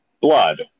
blood